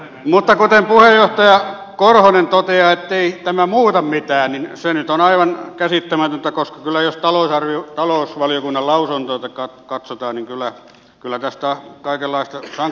mutta kun puheenjohtaja korhonen toteaa ettei tämä muuta mitään niin se nyt on aivan käsittämätöntä koska jos talousvaliokunnan lausuntoa katsotaan niin kyllä tästä kaikenlaista sanktiota seuraa